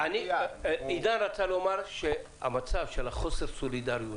עידן רצה לומר שהמצב של חוסר הסולידריות